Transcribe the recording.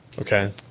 okay